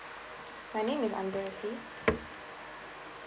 my name is amber rosi